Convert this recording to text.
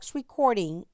recording